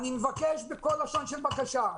אני מבקש בכל לשון של בקשה,